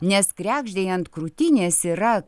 nes kregždei ant krūtinės yra